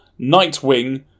Nightwing